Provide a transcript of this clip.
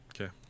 okay